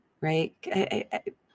right